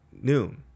noon